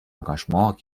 engagement